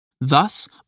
Thus